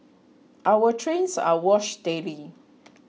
our trains are washed daily